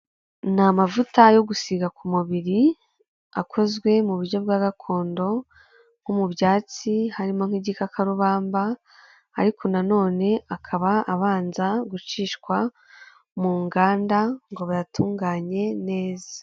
Ni amavuta yo gusiga ku mubiri akozwe mu buryo bwa gakondo, nko mu byatsi, harimo nk'igikakarubamba, ariko na none akaba abanza gucishwa mu nganda ngo bayatunganye neza.